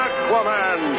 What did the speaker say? Aquaman